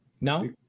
No